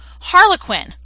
harlequin